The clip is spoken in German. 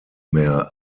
mehr